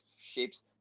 shapes